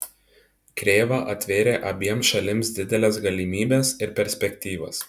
krėva atvėrė abiem šalims dideles galimybes ir perspektyvas